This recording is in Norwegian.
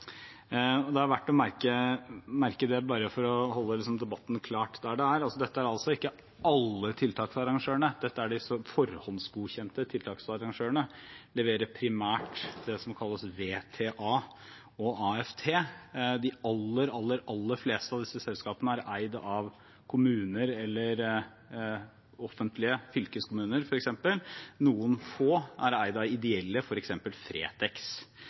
tiltaksarrangørene. Det er verdt å merke seg det for å ha det klart i debatten – dette er altså ikke alle tiltaksarrangørene, dette er de forhåndsgodkjente tiltaksarrangørene. De leverer primært det som kalles VTA og AFT. De aller, aller fleste av disse selskapene er eid av kommuner eller offentlige fylkeskommuner. Noen få er eid av ideelle, f.eks. Fretex,